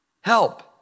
Help